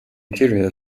interior